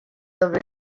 winter